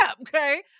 Okay